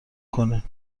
کنین